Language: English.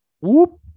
Whoop